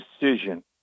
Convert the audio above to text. decision